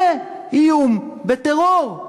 זה איום בטרור.